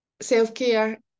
self-care